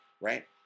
right